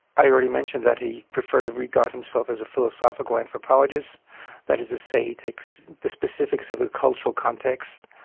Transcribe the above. i already mentioned that he preferred to regard himself as a philosophical anthropologist that is to say, he takes the specifics of a cultural context,